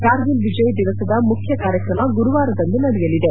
ಕಾರ್ಗಿಲ್ ವಿಜಯ್ ದಿವಸದ ಮುಖ್ಯ ಕಾರ್ಯಕ್ರಮ ಗುರುವಾರದಂದು ನಡೆಯಲಿದೆ